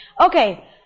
Okay